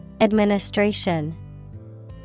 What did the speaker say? Administration